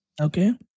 Okay